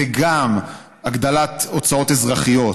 וגם הגדלת הוצאות אזרחיות